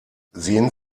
sehen